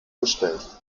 bestellt